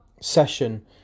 session